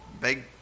big